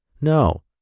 No